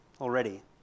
already